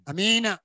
Amen